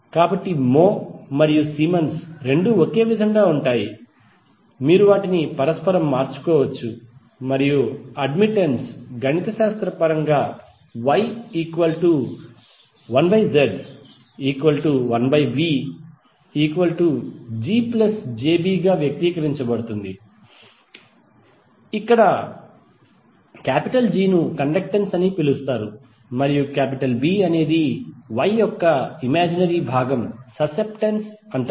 కాబట్టి mho మరియు siemens రెండూ ఒకే విధంగా ఉంటాయి మీరు వాటిని పరస్పరం మార్చుకోవచ్చు మరియు అడ్మిటెన్స్ గణితశాస్త్రపరంగా Y1ZIVGjB గా వ్యక్తీకరించబడుతుంది ఇక్కడ G ను కండక్టెన్స్ అని పిలుస్తారు మరియు B అనేది Y యొక్క ఇమాజినరీ భాగం ససెప్టెన్స్ అంటారు